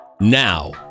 Now